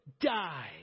die